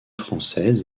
françaises